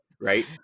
right